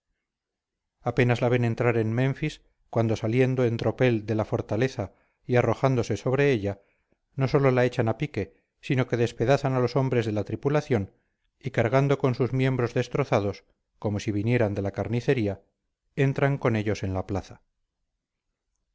apenas la ven entrar en menfis cuando saliendo en tropel de la fortaleza y arrojándose sobre ella no sólo la echan a pique sino que despedazan a los hombres de la tripulación y cargando con sus miembros destrozados como si vinieran de la carnicería entran con ellos en la plaza